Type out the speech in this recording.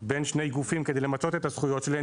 בין שני גופים כדי למצות את הזכויות שלי.